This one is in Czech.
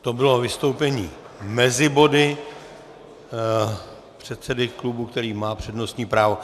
To bylo vystoupení mezi body předsedy klubu, který má přednostní právo.